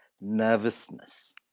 nervousness